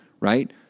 right